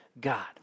God